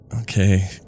Okay